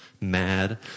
mad